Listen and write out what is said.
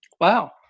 Wow